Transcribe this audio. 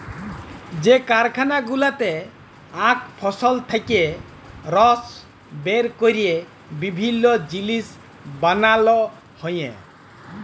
যে কারখালা গুলাতে আখ ফসল থেক্যে রস বের ক্যরে বিভিল্য জিলিস বানাল হ্যয়ে